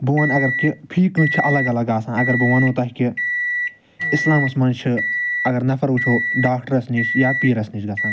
بہٕ وَنہ اگر کہ فی کٲنٛسہ چھ الگ الگ آسان اگر بہٕ وَنو تۄہہِ کہ اِسلامَس مَنٛز چھ اگر نَفَر وٕچھو ڈاکٹرس نِش یا پیٖرَس نِش گَژھان